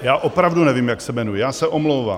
Já opravdu nevím, jak se jmenují, já se omlouvám.